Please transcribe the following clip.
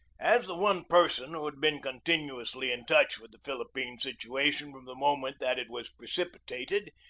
as the one person who had been continuously in touch with the philippine situation from the moment that it was precipitated,